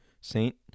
saint